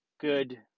good